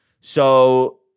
So-